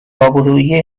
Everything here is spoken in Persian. آبروئیه